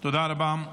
תודה רבה.